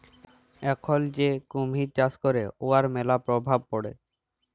এখল যে কুমহির চাষ ক্যরে উয়ার ম্যালা পরভাব পড়ে